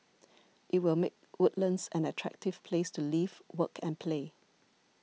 it will make Woodlands an attractive place to live work and play